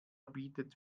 bietet